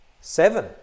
Seven